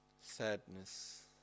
sadness